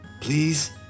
please